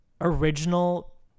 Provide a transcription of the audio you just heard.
original